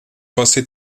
você